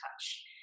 touch